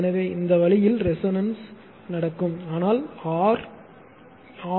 எனவே இந்த வழியில் ரெசோனன்ஸ் நடக்கும் ஆனால் ஆர்